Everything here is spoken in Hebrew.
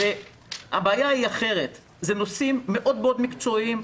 והבעיה היא אחרת: זה נושאים מאוד מקצועיים.